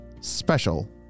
special